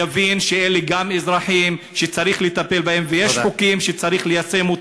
יבין שגם אלה אזרחים שצריך לטפל בהם ושיש חוקים שצריך ליישם?